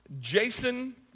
Jason